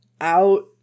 out